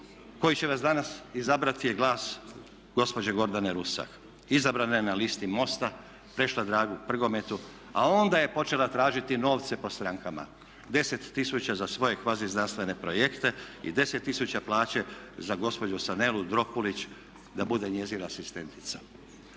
koji će vas danas izabrati je glas gospođe Gordane Rusak izabrane na listi MOST-a, prešla Dragi Prgometu a onda je počela tražiti novce po strankama, 10 tisuća za svoje kvazi znanstvene projekte i 10 tisuća plaće za gospođu Sanelu Dropulić da bude njezina asistentica.